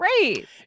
great